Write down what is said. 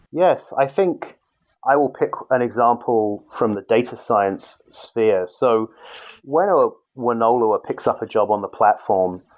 yes. i think i will pick an example from the data science sphere. so when a wonoloer picks up a job on the platform,